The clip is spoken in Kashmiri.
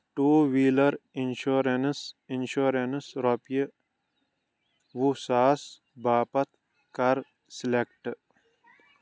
ٹوٗ ویٖلَر اِنشورَنٛس انشورنس رۄپیہِ وُہ ساس باپَتھ کَر سِلیکٹ